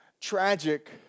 tragic